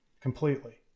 completely